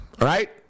right